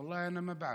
ואללה, (אומר בערבית: